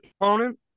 opponent